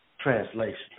Translation